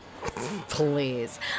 please